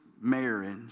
marriage